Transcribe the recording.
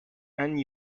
and